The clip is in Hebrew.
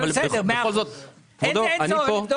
אבל אמרתי לכם שאם אין לכם מקום